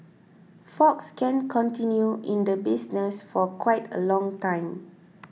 fox can continue in the business for quite a long time